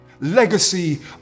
Legacy